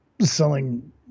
selling